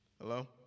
hello